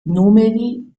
numeri